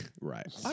Right